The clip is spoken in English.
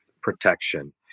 protection